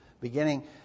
Beginning